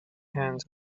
and